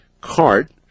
cart